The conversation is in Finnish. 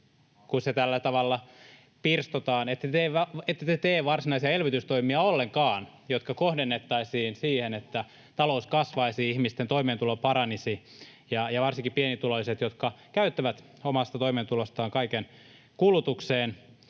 kun se tällä tavalla pirstotaan. Ette te tee ollenkaan varsinaisia elvytystoimia, jotka kohdennettaisiin siihen, että talous kasvaisi, ihmisten toimeentulo paranisi ja varsinkin pienituloiset, jotka käyttävät omasta toimeentulostaan kaiken kulutukseen,